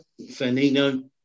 Fernino